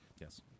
Yes